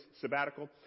sabbatical